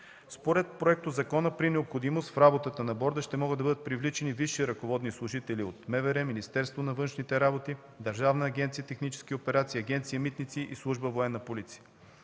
Според проектозакона при необходимост в работата на борда ще могат да бъдат привличани висши ръководни служители от МВР, Министерство на външните работи, Държавна агенция „Технически операции”, Агенция „Митници” и Служба „Военна полиция”.